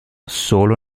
solo